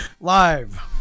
live